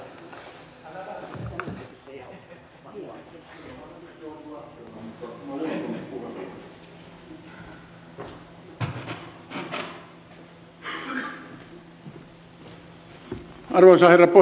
arvoisa herra puhemies